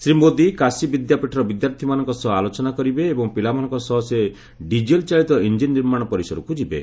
ଶ୍ରୀ ମୋଦି କାଶି ବିଦ୍ୟାପୀଠର ବିଦ୍ୟାର୍ଥୀମାନଙ୍କ ସହ ଆଲୋଚନା କରିବେ ଏବଂ ପିଲାମାନଙ୍କ ସହ ସେ ଡିଜେଲ୍ ଚାଳିତ ଇଞ୍ଜିନ୍ ନିର୍ମାଣ ପରିସରକୁ ଯିବେ